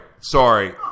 Sorry